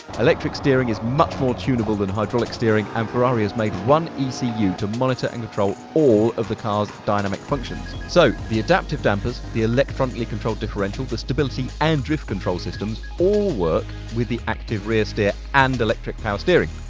electric steering is much more tunable than hydraulic steering and ferrari has made one ecu to monitor and control all of the car's dynamic functions. so the adaptive dampers, the electronically controlled differential, the stability and drift control system all work with the active rear steer and electric power steering.